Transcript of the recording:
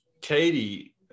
Katie